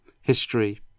history